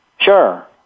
Sure